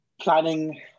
planning